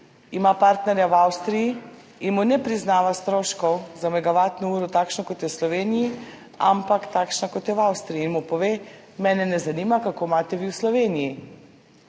ima partnerja v Avstriji in mu ne priznava takšnih stroškov za megavatno uro, kot so v Sloveniji, ampak takšne, kot so v Avstriji in mu pove, mene ne zanima, kako imate vi v Sloveniji.